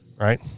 right